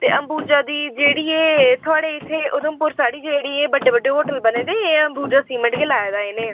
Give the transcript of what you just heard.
ते अंबुजा दी जेह्ड़ी ऐ थुआढ़े इत्थै उधमपुर साढ़ी जेह्ड़ी एह् बड्डे बड्डे होटल बने दे एह् अंबुजा सीमेंट गै लाए दा इ'नें